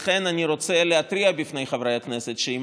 לכן אני רוצה להתריע בפני חברי הכנסת שאם